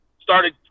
started